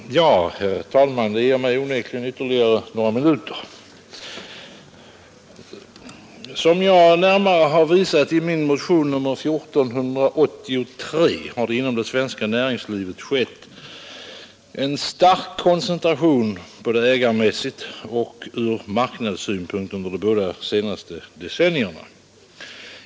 Herr talman! Mitt korta anförande under föregående punkt ger mig nu onekligen ytterligare några minuter. Som jag närmare har visat i min motion 1483 har det inom det svenska näringslivet skett en stark koncentration, både ägarmässigt och ur marknadssynpunkt, under de båda senaste decennierna.